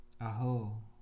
Aho